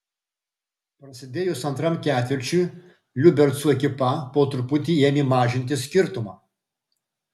prasidėjus antram ketvirčiui liubercų ekipa po truputį ėmė mažinti skirtumą